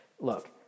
look